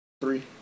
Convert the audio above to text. Three